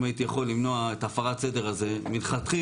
אם הייתי יכול למנוע את הפרת הסדר הזאת מלכתחילה